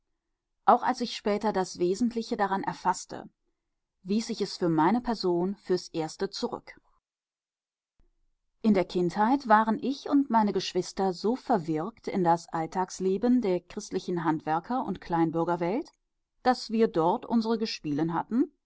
auch als ich später das wesentliche daran erfaßte wies ich es für meine person fürs erste zurück in der kindheit waren ich und meine geschwister so verwirkt in das alltagsleben der christlichen handwerkerund kleinbürgerwelt daß wir dort unsere gespielen hatten